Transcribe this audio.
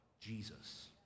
Jesus